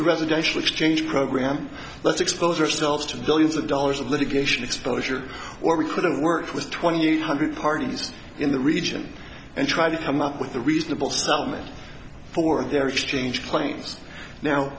the residential exchange program let's expose ourselves to billions of dollars of litigation exposure or we could have worked with twenty eight hundred parties in the region and try to come up with a reasonable settlement for their change claims now